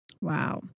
Wow